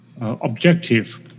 objective